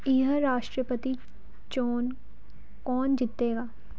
ਇਹ ਰਾਸ਼ਟਰਪਤੀ ਚੋਣ ਕੌਣ ਜਿੱਤੇਗਾ